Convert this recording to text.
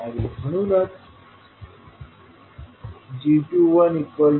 आणि म्हणून g21V2V11s1 होईल